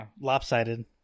lopsided